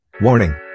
Warning